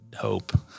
hope